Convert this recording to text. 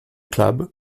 club